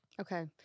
Okay